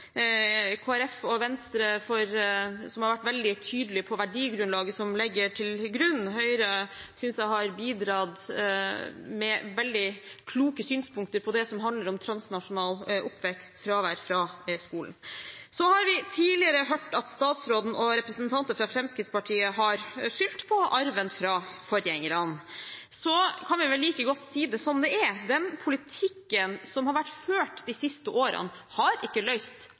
Folkeparti og Venstre har vært veldig tydelige på verdigrunnlaget, og jeg synes Høyre har bidratt med veldig kloke synspunkter på det som handler om transnasjonal oppvekst og fravær fra skolen. Så har vi tidligere hørt at statsråden og representanter fra Fremskrittspartiet har skyldt på arven fra forgjengerne. Vi kan vel si det som det er: Den politikken som har vært ført de siste årene, har ikke